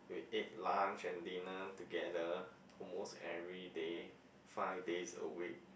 we ate lunch and dinner together almost everyday five days a week